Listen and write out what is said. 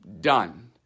done